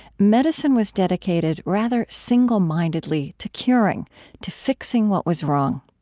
medicine was dedicated rather single-mindedly to curing to fixing what was wrong.